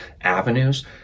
avenues